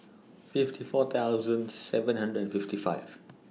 fifty four thousand seven hundred and fifty five